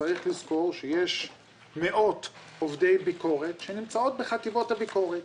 צריך לזכור שיש מאות עובדי ביקורת שנמצאות בחטיבות הביקורת.